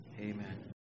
amen